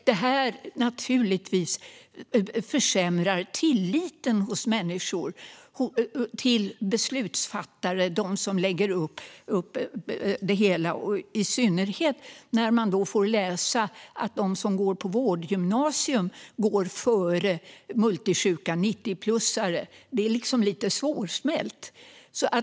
Detta försämrar naturligtvis människors tillit till beslutsfattare och till dem som lägger upp det hela - i synnerhet när man får läsa att de som går på vårdgymnasium går före multisjuka 90-plussare. Det är liksom lite svårsmält.